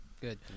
Good